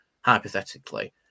hypothetically